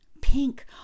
pink